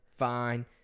fine